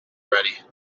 ready